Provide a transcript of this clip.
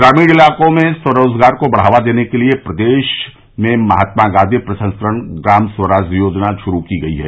ग्रामीण इलाकों में स्वरोज़गार को बढ़ावा देने के लिये प्रदेश में महात्मा गांधी प्रसंस्करण ग्राम स्वरोज़गार योजना शुरू की गई है